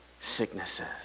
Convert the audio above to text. sicknesses